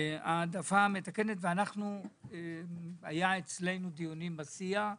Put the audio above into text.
היו אצלנו דיונים, בסיעה,